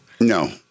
No